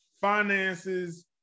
finances